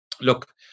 look